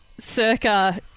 circa